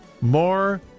more